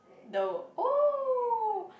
the oh